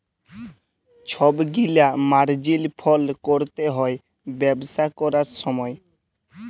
ছব গিলা মার্জিল ফল ক্যরতে হ্যয় ব্যবসা ক্যরার সময়